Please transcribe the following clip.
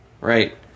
right